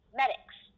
medics